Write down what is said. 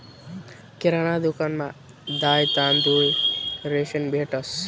किराणा दुकानमा दाय, तांदूय, रेशन भेटंस